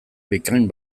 bikain